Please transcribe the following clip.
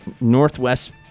Northwest